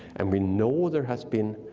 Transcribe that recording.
and we know there has been,